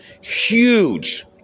huge